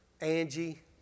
Angie